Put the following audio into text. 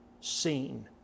seen